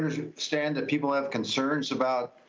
um understand that people have concerns about.